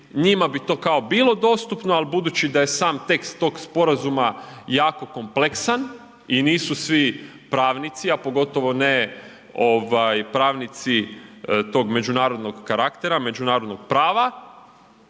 njima bi to kao bilo dostupno, ali budući da je sam tekst tog sporazuma jako kompleksan i nisu svi pravnici, a pogotovo ne tog međunarodnog karaktera, međunarodnog prava